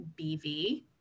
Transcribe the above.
BV